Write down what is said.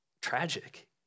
tragic